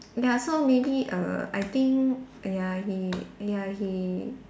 ya so maybe err I think ya he ya he